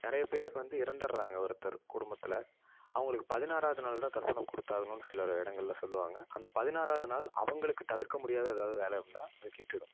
நிறைய பேருக்கு வந்து இறந்துடறாங்க ஒருத்தர் குடும்பத்தில் அவர்களுக்கு பதினாறாவது நாள் தான் தரப்பணம் கொடுத்தாகணுன்னு சிலர் இடங்களில் சொல்லுவாங்க அந்த பதினாறாவது நாள் அவர்களுக்கு தவிர்க்க முடியாத ஏதாவுது வேலை இருந்தால் அது கெட்டுவிடும்